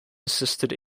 assisted